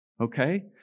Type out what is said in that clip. Okay